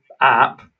app